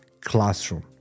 Classroom